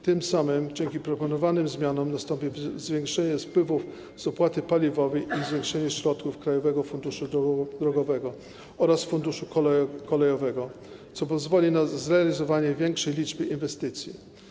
Tym samym dzięki proponowanym zmianom nastąpi zwiększenie wpływów z opłaty paliwowej i zwiększenie środków Krajowego Funduszu Drogowego oraz Funduszu Kolejowego, co pozwoli na zrealizowanie większej liczby inwestycji.